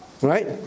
right